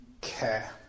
care